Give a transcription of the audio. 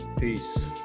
Peace